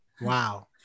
Wow